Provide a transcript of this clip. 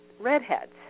Redheads